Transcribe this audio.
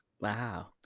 wow